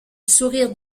sourire